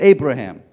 Abraham